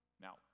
Now